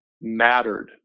mattered